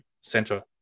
center